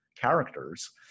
characters